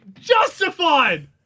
Justified